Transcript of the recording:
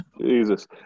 Jesus